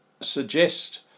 suggest